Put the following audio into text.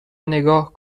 نگاه